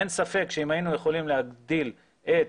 אין ספק שאם היינו יכולים להגדיל את